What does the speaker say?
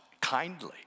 kindly